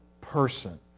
person